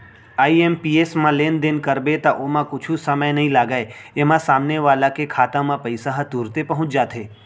IMPS म लेनदेन करबे त ओमा कुछु समय नइ लागय, एमा सामने वाला के खाता म पइसा ह तुरते पहुंच जाथे